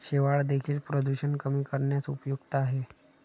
शेवाळं देखील प्रदूषण कमी करण्यास उपयुक्त आहे